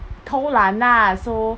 偷懒 ah so